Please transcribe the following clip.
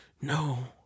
no